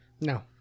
No